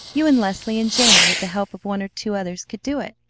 you and leslie and jane with the help of one or two others could do it,